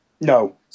No